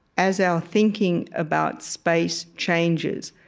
as our thinking about space changes,